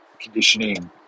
conditioning